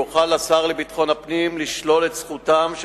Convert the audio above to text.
יוכל השר לביטחון הפנים לשלול את זכותם של